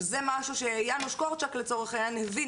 שזה משהו שיאנוש קורצ'ק לצורך הענין הבין